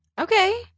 Okay